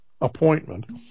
appointment